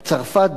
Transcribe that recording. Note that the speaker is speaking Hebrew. צרפת,